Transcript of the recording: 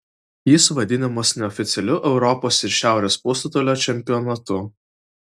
jis vadinamas neoficialiu europos ir šiaurės pusrutulio čempionatu